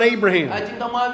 Abraham